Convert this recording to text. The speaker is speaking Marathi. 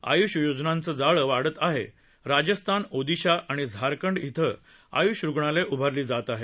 आय्ष योजनाचं जाळं वाढत आहे राजस्थान ओदिशा आणि झारखंड इथं आयुष रुग्णालयं उभारली जात आहेत